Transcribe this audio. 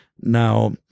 now